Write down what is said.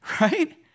Right